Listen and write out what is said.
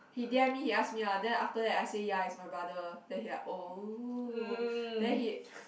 he d_m me he asked me ah then after that I say ya it's my brother then he like oh then he